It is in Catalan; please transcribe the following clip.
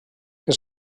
que